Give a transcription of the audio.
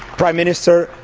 prime minister,